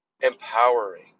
empowering